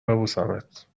ببوسمت